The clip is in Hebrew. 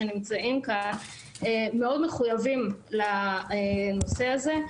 שנמצאים כאן מאוד מחויבים לנושא הזה.